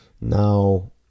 Now